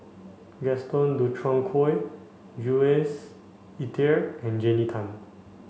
Gaston Dutronquoy Jules Itier and Jannie Tay